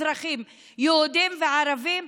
אזרחים יהודים וערבים,